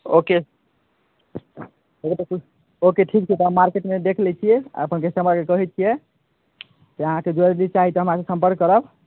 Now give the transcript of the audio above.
ओ के okay ठीक छै तऽ मार्केटमे देखि लै छिए अपन कस्टमरके कहै छिए तऽ अहाँके ज्वेलरी चाही तऽ हम अहाँके सम्पर्क करब